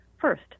First